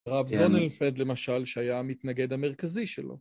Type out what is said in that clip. רב זונלפד, כן, למשל שהיה המתנגד המרכזי שלו